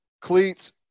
cleats